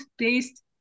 taste